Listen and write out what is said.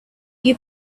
you